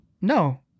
No